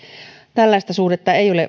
tällaista suhdetta ei ole